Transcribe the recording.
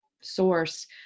source